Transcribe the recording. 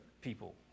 people